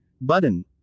button